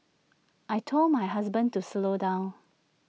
I Told my husband to slow down